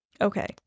okay